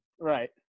Right